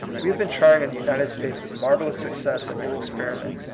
we have been trying in the united states with marvellous success a new experiment.